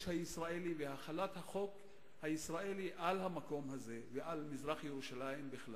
הישראלי והחלת החוק הישראלי על המקום הזה ועל מזרח-ירושלים בכלל,